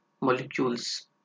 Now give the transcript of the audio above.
molecules